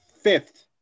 fifth